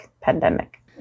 pandemic